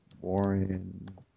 Warren